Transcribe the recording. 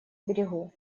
берегу